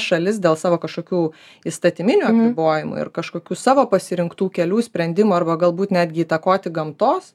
šalis dėl savo kažkokių įstatyminių apribojimų ir kažkokių savo pasirinktų kelių sprendimų arba galbūt netgi įtakoti gamtos